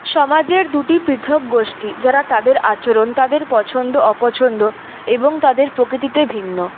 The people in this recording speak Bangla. সমাজের দুটি পৃথক গোষ্ঠী যারা তাদের আচরণ তাদের পছন্দ অপছন্দ এবং তাদের প্রকৃতিতে ভিন্ন